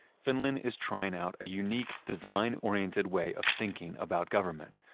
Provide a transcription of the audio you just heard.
finland is trying out a unique, design-oriented way of thinking about government.